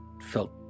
felt